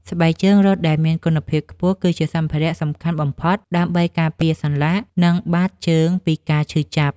ស្បែកជើងរត់ដែលមានគុណភាពខ្ពស់គឺជាសម្ភារៈសំខាន់បំផុតដើម្បីការពារសន្លាក់ និងបាតជើងពីការឈឺចាប់។